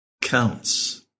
counts